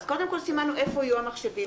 אז קודם כול סימנו איפה יהיו המחשבים.